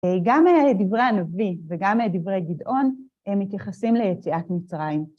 גם דברי הנביא וגם דברי הגדעון, הם מתייחסים ליציאת מצרים.